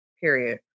period